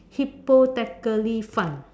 hypothetically fun